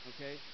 Okay